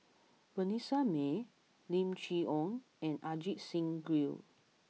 Vanessa Mae Lim Chee Onn and Ajit Singh Gill